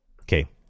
okay